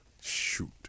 shoot